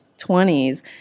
20s